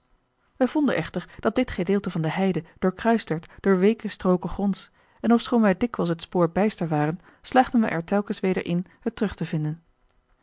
wij vonden echter dat dit gedeelte van de heide doorkruist werd door weeke strooken gronds en ofschoon wij dikwijls het spoor bijster waren slaagden wij er telkens weder in het terug te vinden